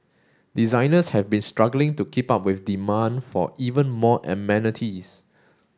designers have been struggling to keep up with demand for even more amenities